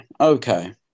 Okay